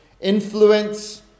influence